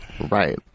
Right